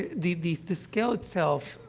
the the the scale itself,